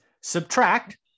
subtract